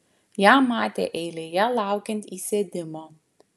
ją matė eilėje laukiant įsėdimo